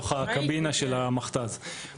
לצוות המפעיל בהכוונת המתז לכיוון הנדרש.